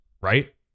right